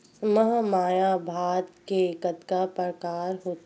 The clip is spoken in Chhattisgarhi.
महमाया भात के कतका प्रकार होथे?